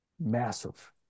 massive